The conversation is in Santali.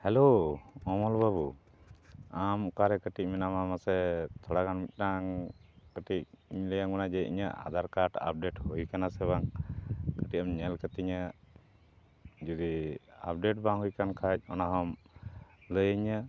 ᱦᱮᱞᱳ ᱚᱢᱚᱞ ᱵᱟᱹᱵᱩ ᱟᱢ ᱚᱠᱟᱨᱮ ᱠᱟᱹᱴᱤᱡ ᱢᱮᱱᱟᱢᱟ ᱢᱟᱥᱮ ᱛᱷᱚᱲᱟᱜᱟᱱ ᱢᱤᱫᱴᱟᱝ ᱠᱟᱹᱴᱤᱡ ᱤᱧ ᱞᱟᱹᱭᱟᱢ ᱠᱟᱱᱟ ᱡᱮ ᱤᱧᱟᱹᱜ ᱟᱫᱷᱟᱨ ᱠᱟᱨᱰ ᱟᱯᱰᱮᱴ ᱦᱩᱭ ᱠᱟᱱᱟ ᱥᱮ ᱵᱟᱝ ᱠᱟᱹᱴᱤᱡ ᱮᱢ ᱧᱮᱞ ᱠᱟᱹᱛᱤᱧᱟ ᱡᱩᱫᱤ ᱟᱯᱰᱮᱴ ᱵᱟᱝ ᱦᱩᱭ ᱠᱟᱱ ᱠᱷᱟᱡ ᱚᱱᱟ ᱦᱚᱸᱢ ᱞᱟᱹᱭ ᱤᱧᱟᱹ